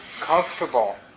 comfortable